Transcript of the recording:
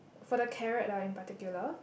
for the carrot ah in particular